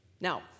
Now